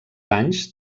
anys